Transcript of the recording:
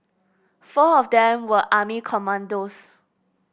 four of them were army commandos